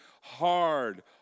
Hard